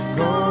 go